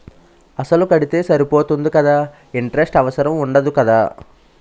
అసలు కడితే సరిపోతుంది కదా ఇంటరెస్ట్ అవసరం ఉండదు కదా?